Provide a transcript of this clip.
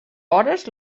hores